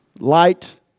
light